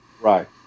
Right